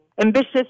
ambitious